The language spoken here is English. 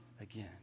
again